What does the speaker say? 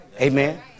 amen